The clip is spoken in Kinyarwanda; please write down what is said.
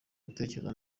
gutekereza